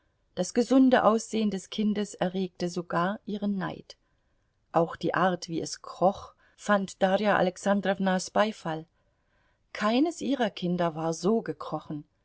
das gesunde aussehen des kindes erregte sogar ihren neid auch die art wie es kroch fand darja alexandrownas beifall keines ihrer kinder war so gekrochen